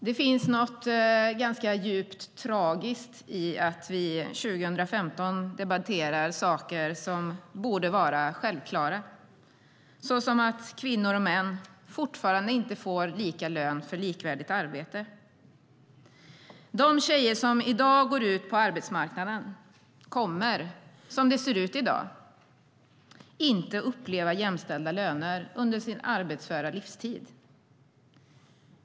Det finns något djupt tragiskt i att vi 2015 debatterar saker som borde vara självklara, såsom att kvinnor och män fortfarande inte får lika lön för likvärdigt arbete.De tjejer som nu går ut på arbetsmarknaden kommer som det ser ut i dag inte att uppleva jämställda löner under sin arbetsföra tid.